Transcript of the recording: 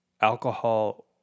alcohol